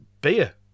beer